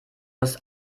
hast